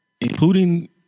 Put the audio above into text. including